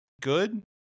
good